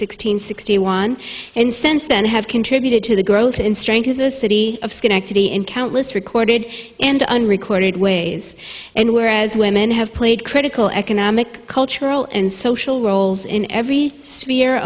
hundred sixty one and since then have contributed to the growth in strength of the city of schenectady in countless recorded and unrecorded ways and whereas women have played critical economic cultural and social roles in every